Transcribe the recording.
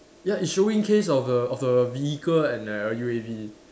ya it's showing case of the of the vehicle and the U_A_V